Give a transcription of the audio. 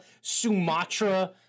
Sumatra